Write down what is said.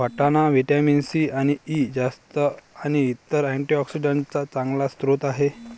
वाटाणा vitamin C आणि E, जस्त आणि इतर अँटीऑक्सिडेंट्सचा चांगला स्रोत आहे